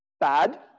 bad